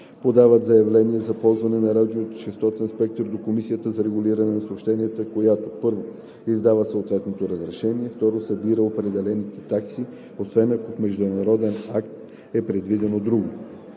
подават заявление за ползване на радиочестотен спектър до Комисията за регулиране на съобщенията, която: 1. издава съответното разрешение; 2. събира определените такси, освен ако в международен акт е предвидено друго“.“